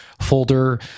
folder